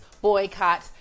boycott